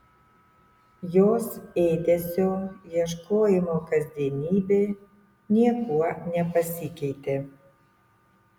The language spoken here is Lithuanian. jos ėdesio ieškojimo kasdienybė niekuo nepasikeitė